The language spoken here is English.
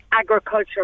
agriculture